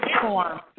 form